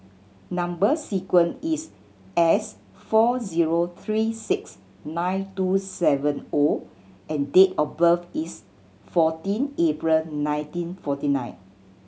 number sequence is S four zero three six nine two seven O and date of birth is fourteen April nineteen forty nine